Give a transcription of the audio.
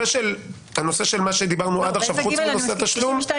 על מה שדיברנו עד עכשיו חוץ מנושא התשלום?